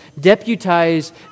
deputize